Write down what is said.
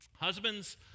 Husbands